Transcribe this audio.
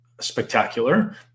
spectacular